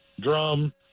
drum